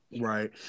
Right